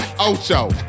Ocho